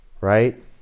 right